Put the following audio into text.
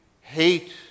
hate